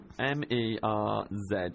M-E-R-Z